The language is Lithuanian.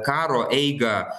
karo eigą